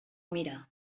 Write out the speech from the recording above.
mirar